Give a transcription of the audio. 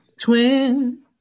Twin